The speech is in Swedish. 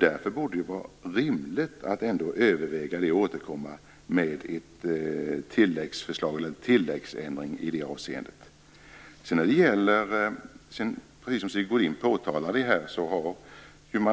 Därför borde det vara rimligt att återkomma med en tilläggsändring i det avseendet. Precis som Sigge Godin påtalade här, görs